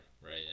right